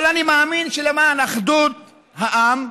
אבל אני מאמין שלמען אחדות העם,